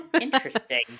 interesting